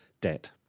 debt